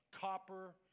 copper